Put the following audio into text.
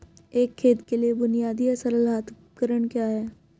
एक खेत के लिए बुनियादी या सरल हाथ उपकरण क्या हैं?